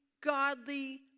godly